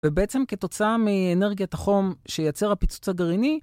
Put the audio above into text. ובעצם כתוצאה מאנרגיית החום שייצר הפיצוץ הגרעיני